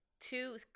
two